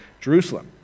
Jerusalem